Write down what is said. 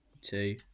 two